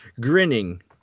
grinning